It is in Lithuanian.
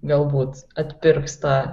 galbūt atpirks tą